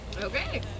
Okay